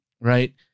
right